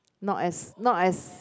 not as not as